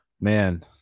man